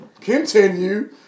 continue